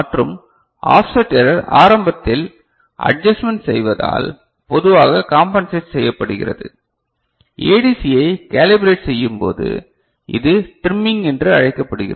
மற்றும் offset error ஆரம்பத்தில் adjustment செய்வதால் பொதுவாக காம்பென்செட் செய்யபடுகிறது ஏடிசியை கேளிப்ரெட் செய்யும்போது இது ட்ரிம்மிங் என்றும் அழைக்கப்படுகிறது